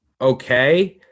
okay